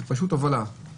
זה פשוט הובלה,